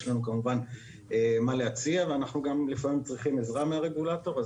יש לנו כמובן מה להציע ואנחנו גם צריכים עזרה לפעמים עזרה מהרגולטור.